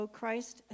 Christ